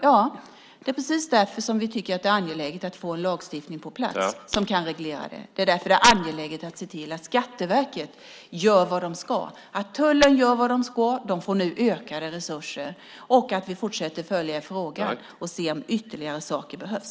Ja, och det är precis därför vi tycker att det är angeläget att få en lagstiftning på plats som kan reglera det. Det är därför det är angeläget att se till att Skatteverket gör vad det ska, att tullen gör vad den ska - de får nu ökade resurser - och att vi fortsätter att följa frågan och se om ytterligare saker behövs.